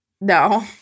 No